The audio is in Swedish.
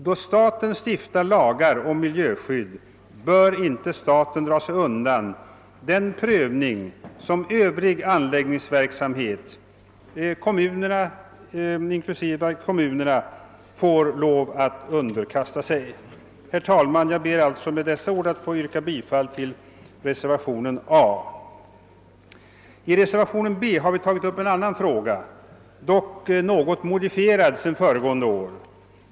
Då staten stiftar lagar om miljöskydd, bör staten inte dra sig undan den prövning som de — bl.a. kommunerna — som svarar för övrig anläggningsverksamhet får lov att underkasta sig. Herr talman! Med dessa ord ber jag att få yrka bifall till reservationen I. I reservationen II har vi tagit upp en annan fråga, där vårt yrkande dock är något modifierat jämfört med vårt yrkande föregående år.